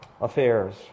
affairs